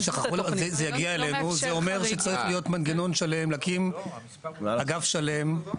זה אומר שצריך להיות מנגנון שלם, להקים אגף שלם.